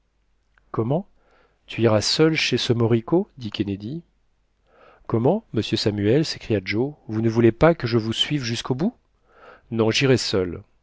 comment tu iras seul chez ce moricaud dit kennedy comment monsieur samuel s'écria joe vous ne voulez pas que je vous suive jusqu'au bout non j'irai seul